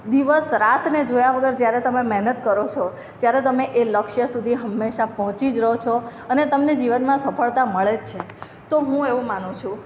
દિવસ રાતને જોયા વગર જ્યારે તમે મહેનત કરો છો ત્યારે તમે એ લક્ષ્ય સુધી હંમેશા પહોંચી જ રહો છો અને તમને જીવનમાં સફળતા મળે જ છે તો હું એવું માનું છુ